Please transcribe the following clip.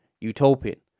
utopian